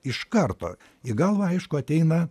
iš karto į galvą aišku ateina